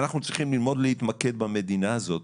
אנחנו צריכים ללמוד להתמקד במדינה הזאת,